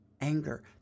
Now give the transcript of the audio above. anger